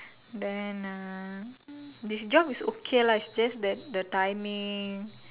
then ah this job is okay lah it's just that the timing